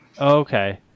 Okay